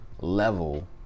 level